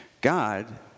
God